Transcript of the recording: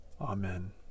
Amen